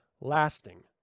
lasting